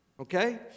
Okay